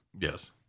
Yes